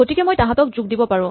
গতিকে মই তাঁহাতক যোগ দিব পাৰো